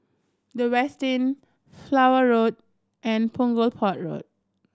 The Westin Flower Road and Punggol Port Road